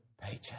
paycheck